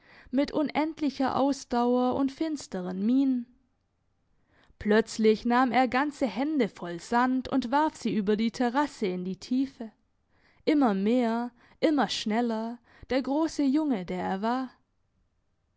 mit unendlicher ausdauer und finsteren mienen plötzlich nahm er ganze hände voll sand und warf sie über die terrasse in die tiefe immer mehr immer schneller der grosse junge der er war